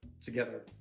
together